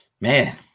man